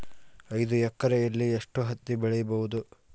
ಐದು ಎಕರೆಯಲ್ಲಿ ಎಷ್ಟು ಹತ್ತಿ ಬೆಳೆಯಬಹುದು?